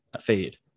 fade